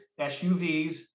suvs